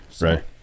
right